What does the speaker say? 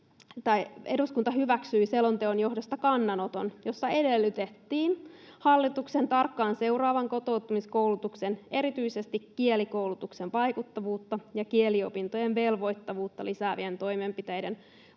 Eduskunta hyväksyi selonteon johdosta kannanoton, jossa edellytettiin hallituksen tarkkaan seuraavan kotoutumiskoulutuksen, erityisesti kielikoulutuksen, vaikuttavuutta ja kieliopintojen velvoittavuutta lisäävien toimenpiteiden vaikutuksia